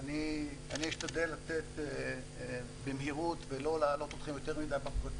גם להסתער עם קופות על המשק וגם בצד השני